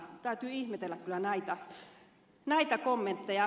täytyy ihmetellä kyllä näitä kommentteja